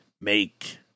make